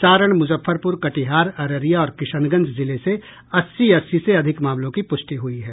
सारण मुजफ्फरपुर कटिहार अररिया और किशनगंज जिले से अस्सी अस्सी से अधिक मामलों की पुष्टि हुई है